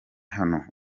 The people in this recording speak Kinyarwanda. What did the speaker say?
hano